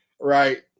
right